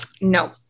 No